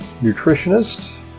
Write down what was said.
nutritionist